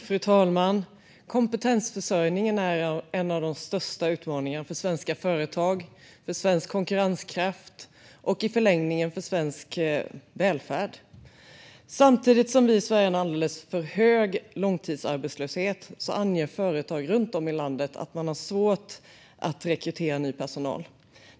Fru talman! Kompetensförsörjningen är en av de största utmaningarna för svenska företag, för svensk konkurrenskraft och i förlängningen för svensk välfärd. Samtidigt som vi ser en alldeles för hög långtidsarbetslöshet anger företag runt om i landet att de har svårt att rekrytera ny personal.